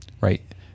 right